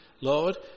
Lord